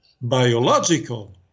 biological